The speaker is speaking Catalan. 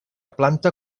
planta